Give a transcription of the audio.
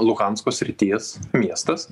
luhansko srities miestas